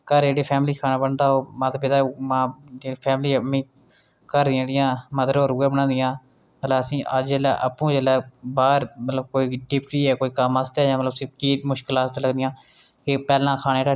भारतेंदु हरीशचंद्र जी होये साढ़े राश्ट्र कवि भारतेंदु हरीशचंद्र पैह्लें में तुसेंगी कीर्ति चौधरी जेह्ड़ी साढ़ी बड़ी प्रमुक्ख लेखिका ऐ उंदी कविता सनानी आं टूटा हुआ पहिया